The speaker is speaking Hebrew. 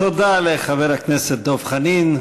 תודה לחבר הכנסת דב חנין.